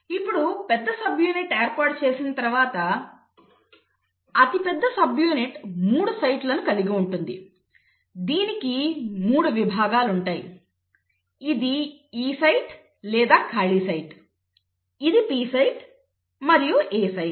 ఇప్పుడు పెద్ద సబ్యూనిట్ ఏర్పాటు చేసిన తర్వాత అతిపెద్ద సబ్యూనిట్ 3 సైట్లను కలిగి ఉంటుంది దీనికి 3 విభాగాలు ఉంటాయి ఇది E సైట్ లేదా ఖాళీ సైట్ ఇది P సైట్ మరియు A సైట్